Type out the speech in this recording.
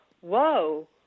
whoa